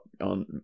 on